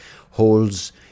holds